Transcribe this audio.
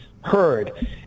heard